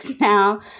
now